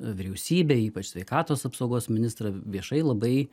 vyriausybę ypač sveikatos apsaugos ministrą viešai labai